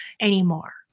anymore